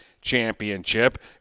championship